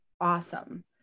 awesome